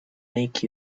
make